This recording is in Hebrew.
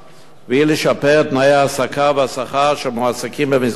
והיא לשפר את תנאי ההעסקה והשכר של המועסקים במסגרתו.